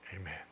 Amen